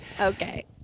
okay